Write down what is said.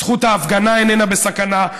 זכות ההפגנה איננה בסכנה,